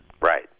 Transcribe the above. Right